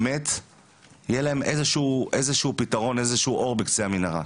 יהיה איזשהו פתרון, איזשהו אור בקצה המנהרה.